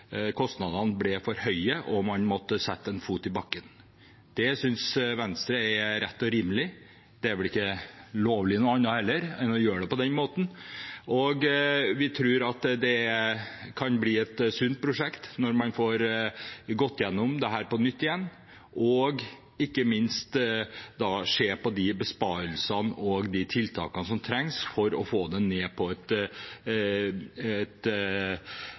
kostnadene ble for høye og man måtte sette en fot i bakken. Det synes Venstre er rett og rimelig, noe annet enn å gjøre det på den måten er vel heller ikke lovlig. Vi tror at det kan bli et sunt prosjekt når man får gått gjennom dette på nytt og ikke minst sett på de besparelsene og de tiltakene som trengs for å få det ned på et